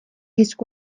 esku